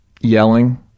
yelling